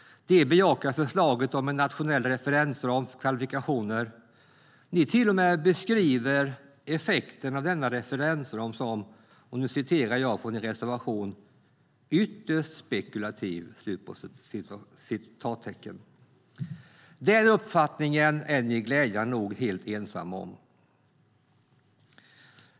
De bejakar förslaget om en nationell referensram för kvalifikationer. Ni beskriver till och med effekten av denna referensram som "ytterst spekulativ". Den uppfattningen är ni glädjande nog helt ensamma om.